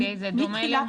מתחילת